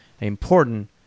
important